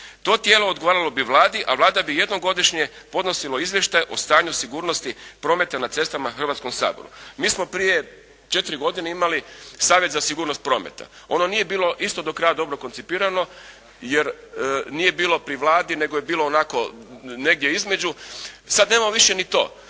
To tijelo odgovaralo bi Vladi a Vlada bi jednom godišnje podnosila izvještaj o stanju sigurnosti prometa na cestama Hrvatskom saboru. Mi smo prije četiri godine imali Savjet za sigurnost prometa. Ono nije bilo isto do kraja dobro koncipirano jer nije bilo pri Vladi nego je bilo negdje onako između. Sad nemamo više ni to